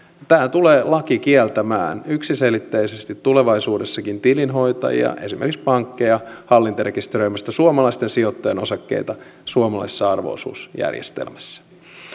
tulee kieltämään yksiselitteisesti tulevaisuudessakin tilinhoitajia esimerkiksi pankkeja hallintarekisteröimästä suomalaisten sijoittajien osakkeita suomalaisessa arvo osuusjärjestelmässä